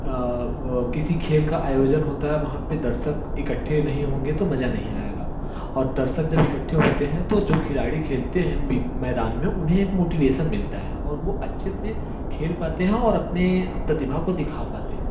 किसी खेल का आयोजन होता है वहाँ पे दर्शक इकट्ठे नहीं होंगे तो मज़ा नहीं आएगा और दर्शक जब इकट्ठे होते हैं तो जो खिलाड़ी खेलते हैं मैदान में उन्हें एक मोटिवेसन मिलता है और वो अच्छे से खेल पाते हैं और अपने प्रतिभा को दिखा पाते हैं